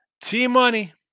T-Money